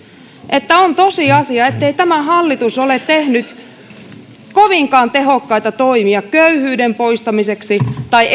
että on tosiasia ettei tämä hallitus ole tehnyt kovinkaan tehokkaita toimia köyhyyden poistamiseksi tai